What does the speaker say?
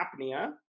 apnea